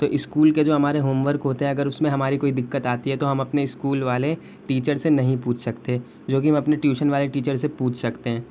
تو اسکول کے جو ہمارے ہوم ورک ہوتے ہیں اگر اس میں ہماری کوئی دقت آتی ہے تو ہم اپنے اسکول والے ٹیچر سے نہیں پوچھ سکتے جوکہ ہم اپنے ٹیوشن والے ٹیچر سے پوچھ سکتے ہیں